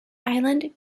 island